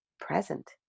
present